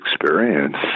experience